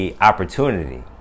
opportunity